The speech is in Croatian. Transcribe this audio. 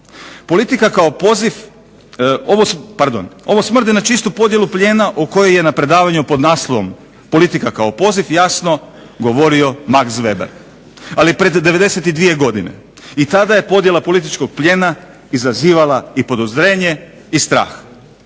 Politika kao poziv, pardon. Ovo smrdi na čistu podjelu plijena o kojoj je na predavanju pod naslovom "Politika kao poziv" jasno govorio Max Weber ali pred 92 godine. I tada je podjela političkog plijena izazivala i podozrenje i strah.